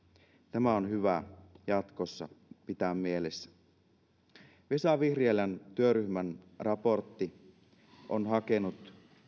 tämä on hyvä jatkossa pitää mielessä vesa vihriälän työryhmän raportti on hakenut